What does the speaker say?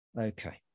Okay